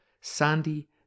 Sandy